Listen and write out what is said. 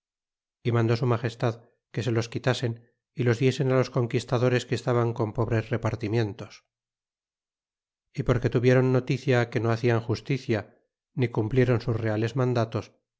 y mandó su magestad que se los quitasen y los diesen los conquistadores que estaban con pobres repartimientos y porque tuviéron noticia que no hacian justicia ni cumpliéron sus reales mandatos